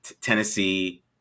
Tennessee